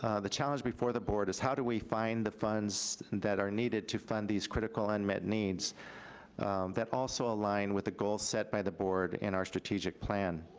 ah the challenge before the board is how do we find the funds that are needed to fund these critical unmet needs that also align with the goals set by the board in our strategic plan?